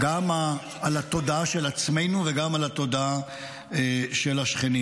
גם על התודעה של עצמנו וגם על התודעה של השכנים.